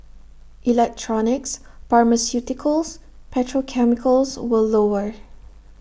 electronics pharmaceuticals petrochemicals were lower